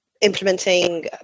implementing